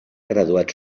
graduat